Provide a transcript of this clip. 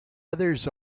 others